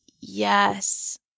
yes